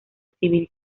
civil